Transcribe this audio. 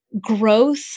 growth